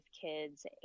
kids